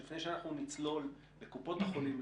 לפני שאנחנו נצלול לקופות החולים,